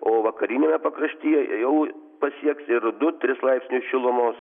o vakariniame pakraštyje jau pasieks ir du tris laipsnius šilumos